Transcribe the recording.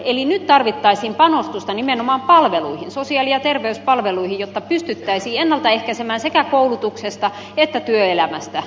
eli nyt tarvittaisiin panostusta nimenomaan palveluihin sosiaali ja terveyspalveluihin jotta pystyttäisiin ennaltaehkäisemään sekä koulutuksesta että työelämästä putoamista